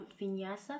vinyasa